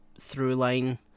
through-line